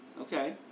Okay